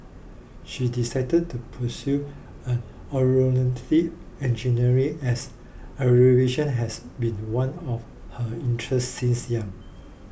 she decided to pursue Aeronautical Engineering as aviation has been one of her interests since young